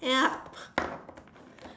end up